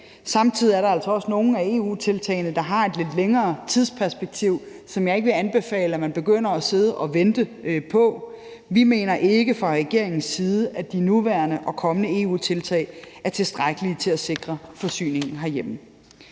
Samtidig er der altså også nogle af EU-tiltagene, der har et lidt længere tidsperspektiv, som jeg ikke vil anbefale at man begynder at sidde og vente på. Vi mener ikke fra regeringens side, at de nuværende og kommende EU-tiltag er tilstrækkelige til at sikre forsyningen herhjemme.